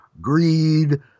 greed